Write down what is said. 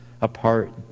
apart